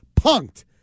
punked